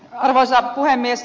arvoisa puhemies